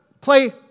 Play